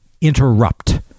interrupt